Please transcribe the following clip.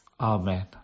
Amen